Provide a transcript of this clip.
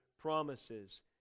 promises